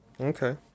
okay